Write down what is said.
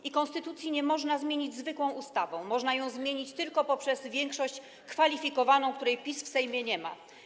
I konstytucji nie można zmienić zwykłą ustawą, można ją zmienić tylko poprzez większość kwalifikowaną, której PiS w Sejmie nie ma.